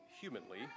humanly